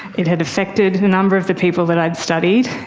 it had affected a number of the people that i'd studied.